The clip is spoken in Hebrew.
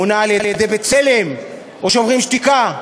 מונה על-ידי "בצלם" או "שוברים שתיקה".